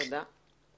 תודה.